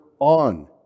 on